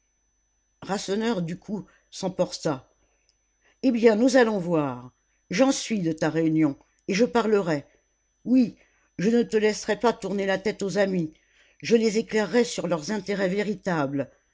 rasseneur du coup s'emporta eh bien nous allons voir j'en suis de ta réunion et je parlerai oui je ne te laisserai pas tourner la tête aux amis je les éclairerai sur leurs intérêts véritables